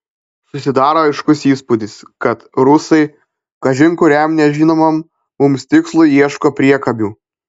susidaro aiškus įspūdis kad rusai kažin kuriam nežinomam mums tikslui ieško priekabių